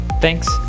Thanks